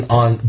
on